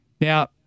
Now